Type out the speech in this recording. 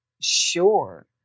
Sure